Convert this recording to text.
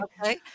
Okay